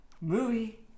movie